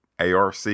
arc